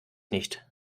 nicht